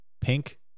pink